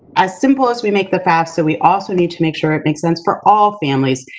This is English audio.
as simple as we make the fafsa, we also need to make sure it makes sense for all families,